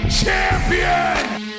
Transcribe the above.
CHAMPION